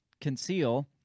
conceal